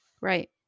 Right